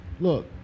Look